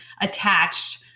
attached